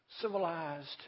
Civilized